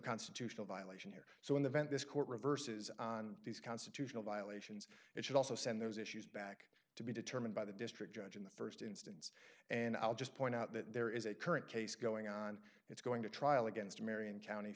constitutional violation here so in the vent this court reverses on these constitutional violations it should also send those issues back to be determined by the district judge in the st instance and i'll just point out that there is a current case going on it's going to trial against marion county